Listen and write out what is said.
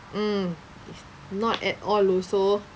mm it's not at all also